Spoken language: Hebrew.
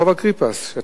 ברחוב אגריפס.